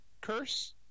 curse